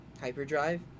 Hyperdrive